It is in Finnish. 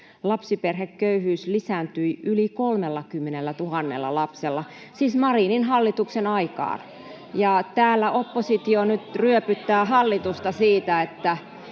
lapsiperheköyhyys lisääntyi yli 30 000 lapsella, siis Marinin hallituksen aikaan, ja täällä oppositio nyt ryöpyttää hallitusta siitä, että